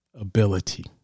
ability